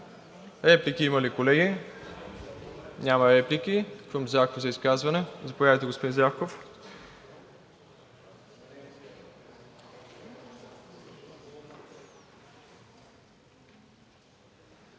Реплики има ли, колеги? Няма. Крум Зарков за изказване. Заповядайте, господин Зарков.